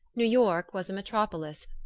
new york was a metropolis,